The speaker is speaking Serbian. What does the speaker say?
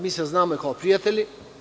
Mi se znamo i kao prijatelji.